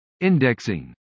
Indexing